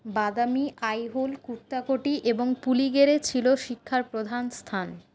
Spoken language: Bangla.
বাদামী আইহোল কুর্তাকোটি এবং পুলিগেরে ছিল শিক্ষার প্রধান স্থান